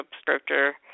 Scripture